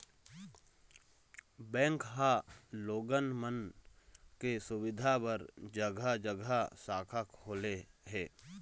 bank ह लोगन मन के सुबिधा बर जघा जघा शाखा खोले हे